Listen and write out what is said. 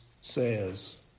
says